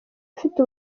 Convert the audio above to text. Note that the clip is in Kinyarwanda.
afite